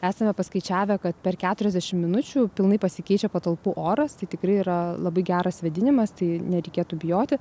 esame paskaičiavę kad per keturiasdešim minučių pilnai pasikeičia patalpų oras tai tikrai yra labai geras vėdinimas tai nereikėtų bijoti